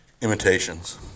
imitations